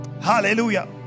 Hallelujah